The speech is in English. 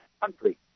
country